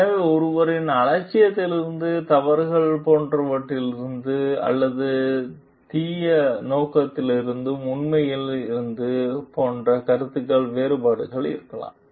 எனவே ஒருவரின் அலட்சியத்திலிருந்து தவறுகள் போன்றவற்றிலிருந்து அல்லது தீய நோக்கத்திலிருந்தும் உண்மையில் இருந்து போன்ற கருத்துகளில் வேறுபாடுகள் இருக்கலாம்